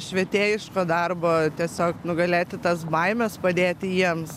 švietėjiško darbo tiesiog nugalėti tas baimes padėti jiems